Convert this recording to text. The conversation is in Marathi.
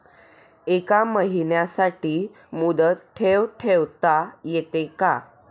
एका महिन्यासाठी मुदत ठेव ठेवता येते का?